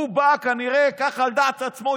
הוא בא כנראה ככה על דעת עצמו,